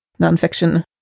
nonfiction